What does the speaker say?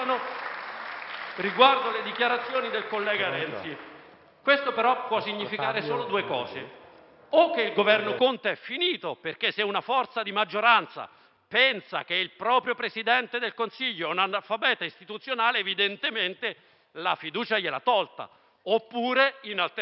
riguardo alle dichiarazioni del collega Renzi. Questo però può significare solo due cose. La prima è che il Governo Conte è finito, perché, se una forza di maggioranza pensa che il proprio Presidente del Consiglio sia un analfabeta istituzionale, evidentemente gli ha tolto la fiducia. La seconda, in alternativa,